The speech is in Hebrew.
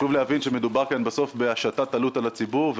חשוב להבין שמדובר כאן בסוף בהשתת עלות על הציבור.